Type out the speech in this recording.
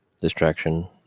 distraction